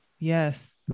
Yes